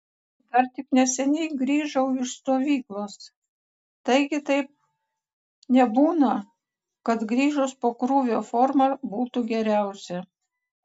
dar tik neseniai grįžau iš stovyklos taigi taip nebūna kad grįžus po krūvio forma būtų geriausia